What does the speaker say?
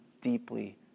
deeply